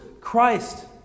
Christ